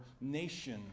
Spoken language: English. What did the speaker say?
nation